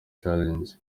change